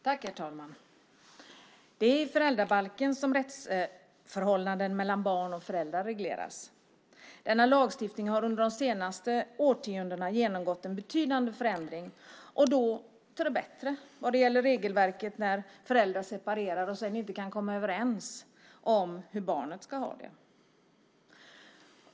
Herr talman! Det är i föräldrabalken som rättsförhållanden mellan barn och föräldrar regleras. Denna lagstiftning har under de senaste årtiondena genomgått en betydande förändring och då till det bättre vad det gäller regelverket när föräldrar separerar och sedan inte kan komma överens om hur barnet ska ha det.